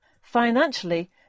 Financially